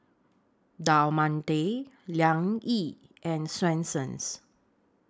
Del Monte Liang Yi and Swensens